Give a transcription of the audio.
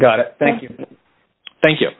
got it thank you thank you